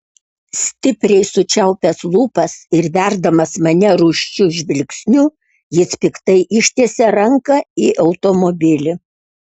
stipriai sučiaupęs lūpas ir verdamas mane rūsčiu žvilgsniu jis piktai ištiesia ranką į automobilį